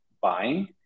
buying